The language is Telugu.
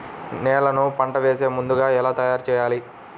నేలను పంట వేసే ముందుగా ఎలా తయారుచేయాలి?